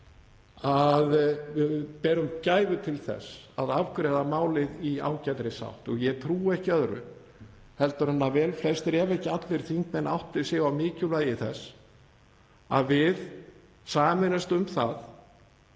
við gæfu til þess að afgreiða málið í ágætri sátt og ég trúi ekki öðru en að velflestir ef ekki allir þingmenn átti sig á mikilvægi þess að við sameinumst um það